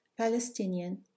Palestinian